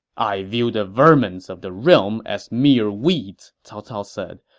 i view the vermins of the realm as mere weeds, cao cao said,